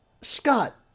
Scott